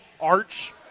Arch